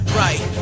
right